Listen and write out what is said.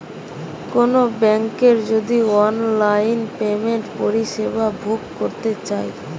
কোনো বেংকের যদি অনলাইন পেমেন্টের পরিষেবা ভোগ করতে চাই